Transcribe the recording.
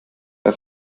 bei